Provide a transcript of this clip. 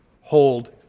hold